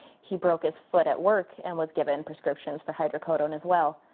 he broke his foot at work and was given prescriptions for hydrocodone as well.